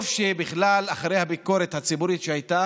טוב שבכלל אחרי הביקורת הציבורית שהייתה